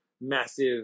massive